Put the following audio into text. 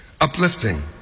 uplifting